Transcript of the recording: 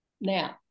now